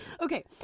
Okay